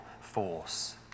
force